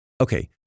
Okay